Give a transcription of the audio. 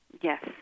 Yes